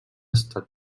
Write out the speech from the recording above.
estat